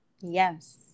Yes